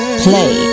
play